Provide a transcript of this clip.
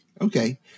Okay